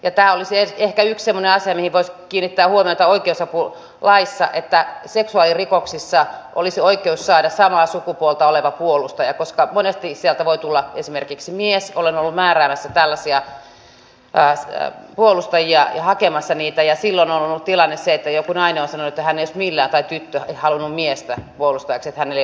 tämä olisi ehkä yksi semmoinen asia mihin voisi kiinnittää huomiota oikeusapulaissa että seksuaalirikoksissa olisi oikeus saada samaa sukupuolta oleva puolustaja koska monesti sieltä voi tulla esimerkiksi mies olen ollut määräämässä tällaisia puolustajia ja hakemassa niitä ja silloin on ollut tilanne se että joku nainen tai tyttö on sanonut että hän ei olisi millään halunnut miestä puolustajakseen että hänellä ei ole luottamuksellinen suhde